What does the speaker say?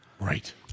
Right